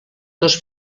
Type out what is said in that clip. dos